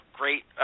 great